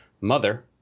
mother